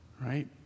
right